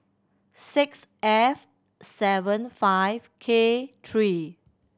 six F seven five K three